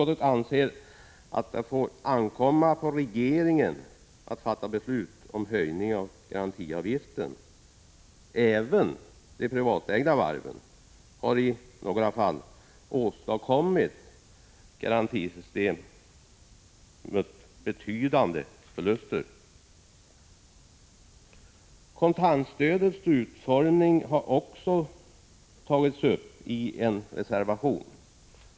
Det får, anser utskottet, ankomma på regeringen att fatta beslut om höjning av garantiavgiften. Även de privatägda varven har i några fall åstadkommit garantisystem och mött betydande förluster. Kontantstödets utformning har också tagits upp i en reservation.